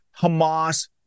Hamas